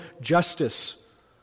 justice